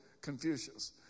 Confucius